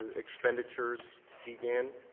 and expenditures begin.